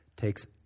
takes